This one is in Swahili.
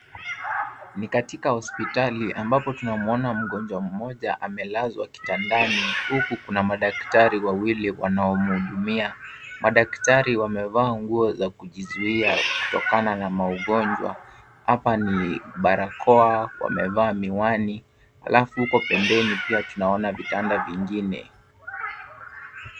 Ni katika hospitali ambapo tunamuona mgonjwa mmoja amelazwa kitandani huku kuna madaktari wawili wanaomhudumia. Madaktari wamevaa nguo za kujizuia kutokana na maugonjwa, hapa ni barakoa, wamevaa miwani alafu huko pembeni pia tunaona vitanda vingine.